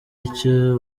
icyo